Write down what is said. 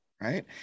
Right